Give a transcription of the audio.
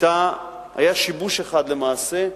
היה שיבוש אחד, למעשה,